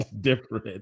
different